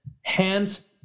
hands